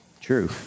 true